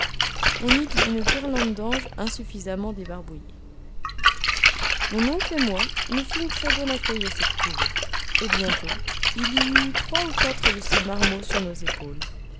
on eût dit une guirlande d'anges insuffisamment débarbouillés mon oncle et moi nous fîmes très bon accueil à cette couvée et bientôt il y eut trois ou quatre de ces marmots sur nos épaules